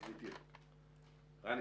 קראתי את